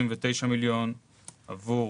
39 מיליון עבור